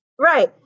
Right